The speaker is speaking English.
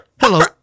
Hello